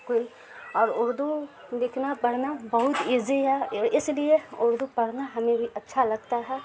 کوئی اور اردو لکھنا پڑھنا بہت ایزی ہے اس لیے اردو پڑھنا ہمیں بھی اچھا لگتا ہے